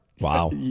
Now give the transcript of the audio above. Wow